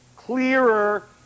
clearer